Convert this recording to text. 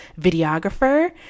videographer